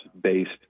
based